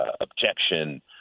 objection